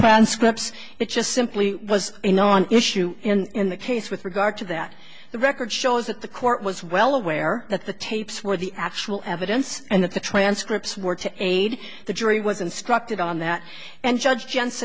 transcripts it just simply was a non issue and the case with regard to that the record shows that the court was well aware that the tapes were the actual evidence and that the transcripts were to aid the jury was instructed on that and judge